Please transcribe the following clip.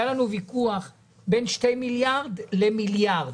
היה לנו ויכוח בין שני מיליארד למיליארד.